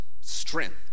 strength